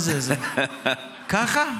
ככה?